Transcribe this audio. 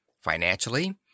Financially